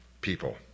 people